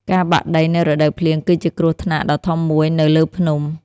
ការបាក់ដីនៅរដូវភ្លៀងគឺជាគ្រោះថ្នាក់ដ៏ធំមួយនៅលើភ្នំ។